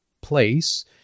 place